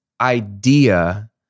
idea